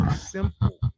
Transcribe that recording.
simple